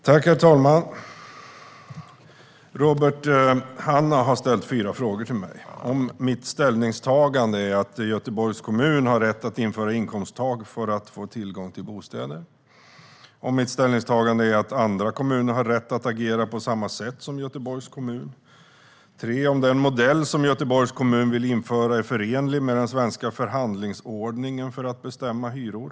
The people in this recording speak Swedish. Herr talman! Robert Hannah har ställt fyra frågor till mig. Den första frågan är om mitt ställningstagande är att Göteborgs kommun har rätt att införa inkomsttak för att få tillgång till bostäder. Den andra frågan är om mitt ställningstagande är att andra kommuner har rätt att agera på samma sätt som Göteborgs kommun. Den tredje frågan är om den modell som Göteborgs kommun vill införa är förenlig med den svenska förhandlingsordningen för att bestämma hyror.